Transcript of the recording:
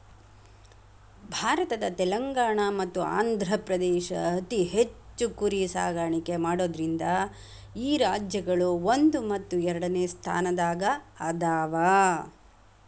ಭಾರತದ ತೆಲಂಗಾಣ ಮತ್ತ ಆಂಧ್ರಪ್ರದೇಶ ಅತಿ ಹೆಚ್ಚ್ ಕುರಿ ಸಾಕಾಣಿಕೆ ಮಾಡೋದ್ರಿಂದ ಈ ರಾಜ್ಯಗಳು ಒಂದು ಮತ್ತು ಎರಡನೆ ಸ್ಥಾನದಾಗ ಅದಾವ